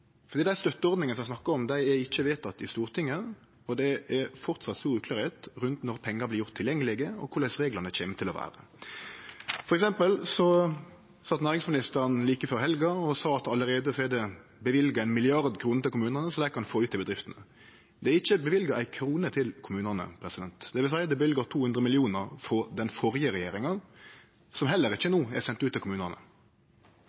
Det vart gjenteke og gjenteke. Men det stemmer ikkje, for dei støtteordningane ein snakka om, er ikkje vedtekne i Stortinget, og det er framleis svært uklart når pengar vert gjort tilgjengelege, og korleis reglane kjem til å vere. For eksempel satt næringsministeren like før helga og sa at det allereie er løyvd 1 mrd. kr til kommunane, som dei kan få ut til bedriftene. Det er ikkje løyvd éi krone til kommunane. Det vil seie at den førre regjeringa har løyvd 200 mill. kr, som heller ikkje